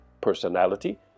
personality